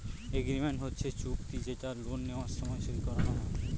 agreement হচ্ছে চুক্তি যেটা লোন নেওয়ার সময় সই করানো হয়